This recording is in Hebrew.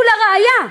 ולראיה,